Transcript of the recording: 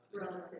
Relative